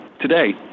Today